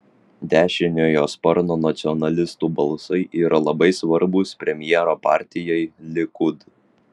dešiniojo sparno nacionalistų balsai yra labai svarbūs premjero partijai likud